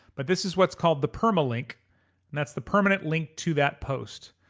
but this is what's called the permalink and that's the permanent link to that post.